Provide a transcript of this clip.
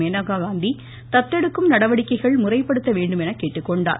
மேனகா காந்தி தத்தெடுக்கும் நடவடிக்கைகள் முறைப்படுத்த வேண்டுமென்று கேட்டுக்கொண்டார்